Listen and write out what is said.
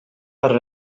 are